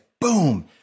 boom